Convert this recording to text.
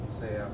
say